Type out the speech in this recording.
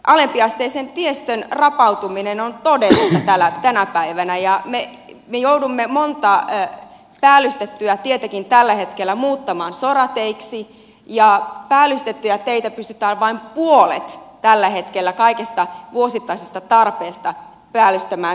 alempiasteisen tiestön rapautuminen on todellista tänä päivänä ja me joudumme monta päällystettyäkin tietä tällä hetkellä muuttamaan sorateiksi ja päällystettyjä teitä pystytään vain puolet tällä hetkellä kaikesta vuosittaisesta tarpeesta päällystämään pikiteiksi